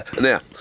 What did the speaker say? Now